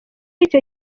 icyo